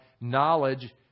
knowledge